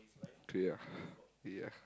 true ya ya